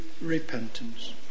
repentance